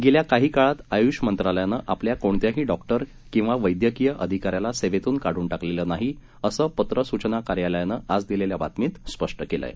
गेल्या काही काळात आयुष मंत्रालयानं आपल्या कोणत्याही डॉक्टर किंवा वैद्यकीय अधिकाऱ्याला सेवेतून काढून टाकलेलं नाही असं पत्र सूचना कार्यालयानं आज दिलेल्या बातमीत स्पष्ट केलं आहे